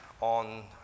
on